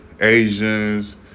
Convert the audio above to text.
Asians